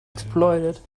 exploited